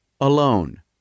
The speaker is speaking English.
Alone